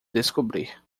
descobrir